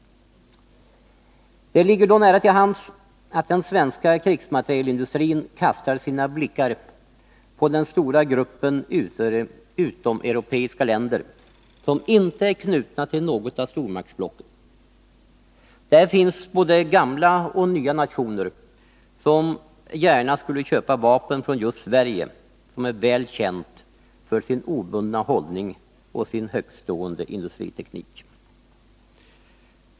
Det ligger då nära till hands att den svenska krigsmaterielindustrin kastar sina blickar på den stora gruppen utomeuropeiska länder som inte är knutna till något av stormaktsblocken. Där finns både gamla och nya nationer som gärna skulle vilja köpa vapen från just Sverige, som är väl känt för sin obundna hållning och sin högtstående industriteknik.